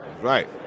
right